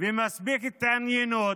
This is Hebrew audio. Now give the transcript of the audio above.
ומספיק התעניינות,